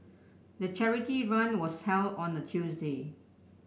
the charity run was held on a Tuesday